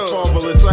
Marvelous